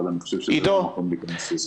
אבל אני לא חושב שזה המקום להיכנס לזה.